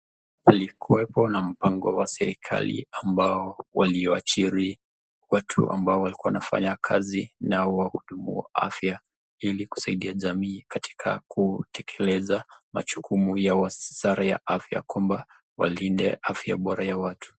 Kulikuwepo na mpango wa serikali ambao uliajiri watu ambao walikuwa wanafanya kazi na wahudumu wa afya ili kusaidia jamii katika kutekeleza majukumu ya wizara ya afya kwamba walinde afya bora ya watu.